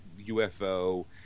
UFO